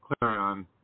clarion